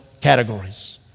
categories